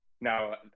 Now